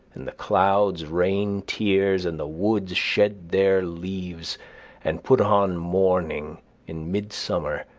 and the clouds rain tears, and the woods shed their leaves and put on mourning in midsummer,